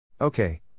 Okay